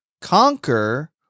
Conquer